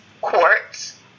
quartz